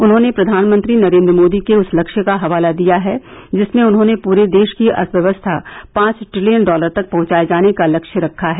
उन्होंने प्रधानमंत्री नरेन्द्र मोदी के उस लक्ष्य का हवाला दिया है जिसमें उन्होंने पूरे देष की अर्थव्यवस्था पांच ट्रिलियन डॉलर तक पहुंचाये जाने का लक्ष्य रखा है